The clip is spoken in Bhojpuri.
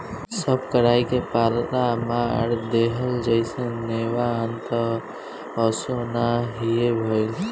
सब कराई के पाला मार देहलस जईसे नेवान त असो ना हीए भईल